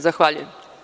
Zahvaljujem.